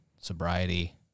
sobriety